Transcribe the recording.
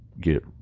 get